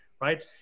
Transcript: right